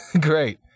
great